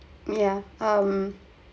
yeah um